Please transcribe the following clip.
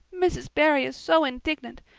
mrs. barry is so indignant.